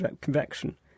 convection